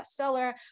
bestseller